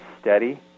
steady